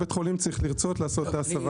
הם החליטו להשקיע.